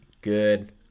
good